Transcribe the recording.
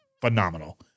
phenomenal